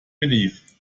relief